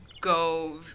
go